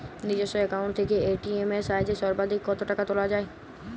নিজস্ব অ্যাকাউন্ট থেকে এ.টি.এম এর সাহায্যে সর্বাধিক কতো টাকা তোলা যায়?